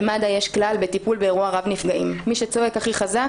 במד"א יש כלל בטיפול באירוע רב נפגעים: מי שצועק הכי חזק,